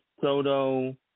Soto